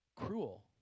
cruel